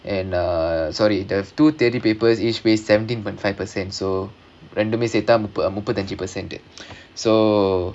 and uh sorry the two theory papers each weighs seventeen point five percent so ரெண்டுமே சேர்த்தா முப்பத்தஞ்சு:rendumae serthaa muppathanju percent so